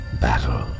battle